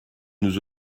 nous